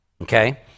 okay